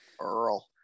Earl